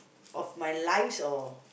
of my lives or